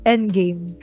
Endgame